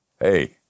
hey